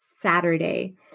Saturday